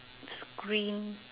screen